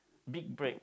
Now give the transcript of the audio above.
big break